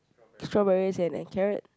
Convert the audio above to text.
strawberries and a carrot